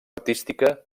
artística